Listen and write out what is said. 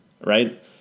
right